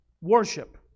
Worship